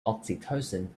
oxytocin